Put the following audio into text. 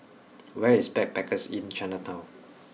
where is Backpackers Inn Chinatown